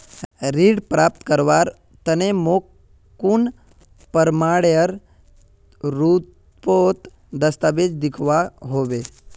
ऋण प्राप्त करवार तने मोक कुन प्रमाणएर रुपोत दस्तावेज दिखवा होबे?